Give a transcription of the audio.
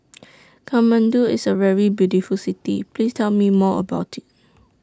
Kathmandu IS A very beautiful City Please Tell Me More about IT